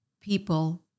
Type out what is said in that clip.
people